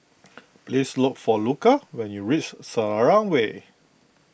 please look for Luca when you reach Selarang Way